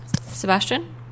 Sebastian